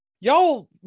y'all